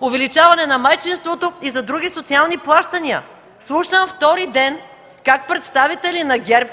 увеличаване на майчинството и за други социални плащания? Слушам втори ден как представители на ГЕРБ